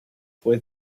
fue